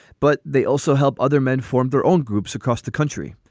but they also help other men form their own groups across the country.